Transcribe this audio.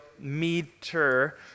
meter